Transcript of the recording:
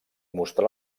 mostrà